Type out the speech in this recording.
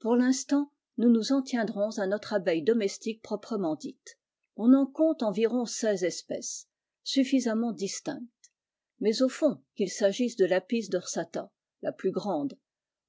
pour rinstant nous nous en tiendrons à notre abeille domestique proprement dite on en compte environ seize espèces suffisamment distinctes mais au fond qu'il s'agisse de ïapis dorsata la plus grande